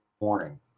morning